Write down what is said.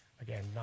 Again